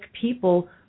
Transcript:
people